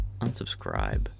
Unsubscribe